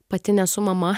pati nesu mama